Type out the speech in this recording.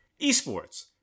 Esports